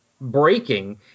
breaking